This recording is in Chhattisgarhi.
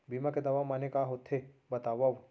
बीमा के दावा माने का होथे बतावव?